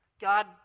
God